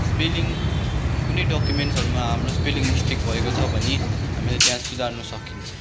spelling कुनै डक्युमेन्सहरूमा हाम्रो स्पेलिङ मिस्टेक भएको छ भने हामीले त्यहाँ सुधार्नु सकिन्छ